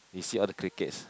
you see all the crickets